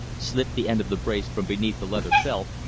slipped the end of the brace from beneath the leather belt,